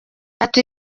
ati